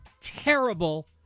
terrible